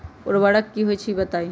उर्वरक की होई छई बताई?